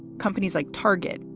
companies like target,